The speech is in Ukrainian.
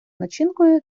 начинкою